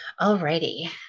Alrighty